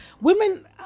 women